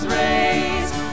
raised